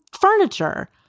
furniture